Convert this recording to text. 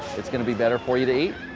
it's going to be better for you to eat.